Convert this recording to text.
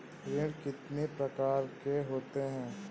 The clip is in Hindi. ऋण कितनी प्रकार के होते हैं?